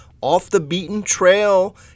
off-the-beaten-trail